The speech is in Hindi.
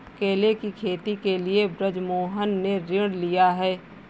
केले की खेती के लिए बृजमोहन ने ऋण लिया है